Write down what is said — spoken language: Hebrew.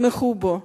תתמכו בו.